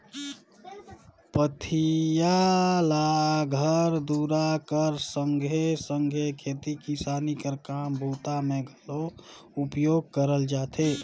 पथिया ल घर दूरा कर संघे सघे खेती किसानी कर काम बूता मे घलो उपयोग करल जाथे